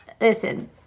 Listen